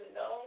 no